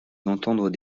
d’entendre